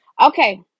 Okay